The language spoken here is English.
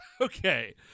Okay